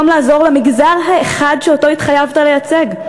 לעזור למגזר האחד שאותו התחייבת לייצג,